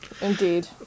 indeed